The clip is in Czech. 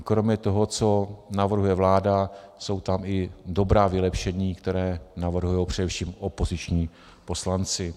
Kromě toho, co navrhuje vláda, jsou tam i dobrá vylepšení, která navrhují především opoziční poslanci.